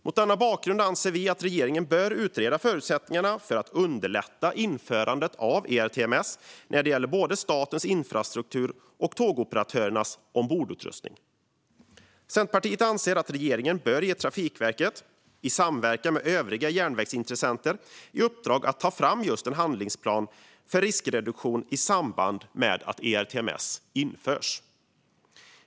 Mot denna bakgrund anser vi att regeringen bör utreda förutsättningarna för att underlätta införandet av ERTMS vad gäller både statens infrastruktur och tågoperatörernas ombordutrustning. Centerpartiet anser även att regeringen bör ge Trafikverket i uppdrag att i samverkan med övriga järnvägsintressenter ta fram en handlingsplan för riskreduktion i samband med att ERTMS införs.